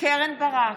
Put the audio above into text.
קרן ברק,